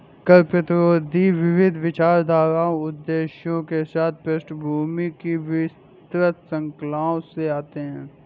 कर प्रतिरोधी विविध विचारधाराओं उद्देश्यों के साथ पृष्ठभूमि की विस्तृत श्रृंखला से आते है